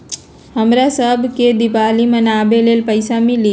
हमरा शव के दिवाली मनावेला पैसा मिली?